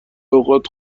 اوقات